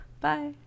bye